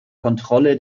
kontrolle